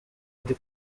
ndi